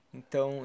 Então